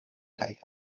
kaj